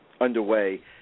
underway